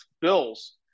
bills